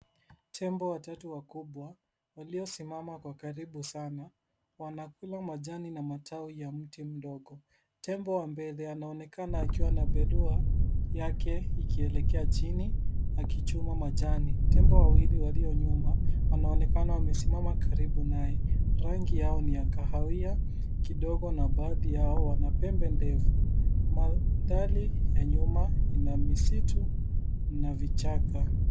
Tembo watatu wakubwa waliosimama kwa karibu sana wanakula majani na matawi ya mti mdogo. Tembo wa mbele anaonekana akiwa na belua yake ikielekea chini akichuma majani. Tembo wawili walio nyuma wanaonekana wamesimama karibu naye. Rangi yao ni ya kahawia kidogo na baadhi yao wana pembe ndefu. Mandhari ya nyuma ina misitu na vichaka.